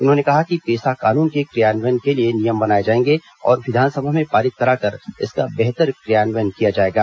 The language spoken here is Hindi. उन्होंने कहा कि पेसा कानून के क्रियान्वयन के लिए नियम बनाए जाएंगे और विधानसभा में पारित कराकर इसका बेहतर क्रियान्वयन किया जाएगा